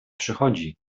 przychodzi